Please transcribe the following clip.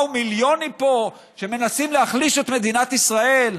באו לפה מיליונים שמנסים להחליש את מדינת ישראל?